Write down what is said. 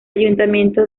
ayuntamiento